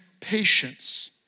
patience